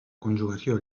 conjugació